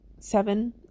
Seven